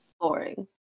boring